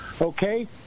okay